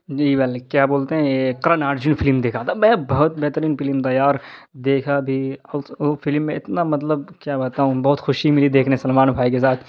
یہی والے کیا بولتے ہیں یہ کرن ارجن فلم دیکھا تھا بہت بہترین پھلم تھا یار دیکھا بھی اور وہ فلم میں اتنا مطلب کیا بتاؤں بہت خوشی ملی دیکھنے سلمان بھائی کے ساتھ